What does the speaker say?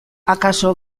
akaso